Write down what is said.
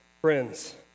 friends